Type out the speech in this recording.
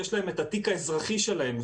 יש להם את התיק האזרחי שלהם.